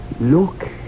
Look